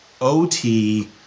OT